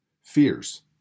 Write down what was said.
Fears